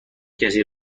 کسی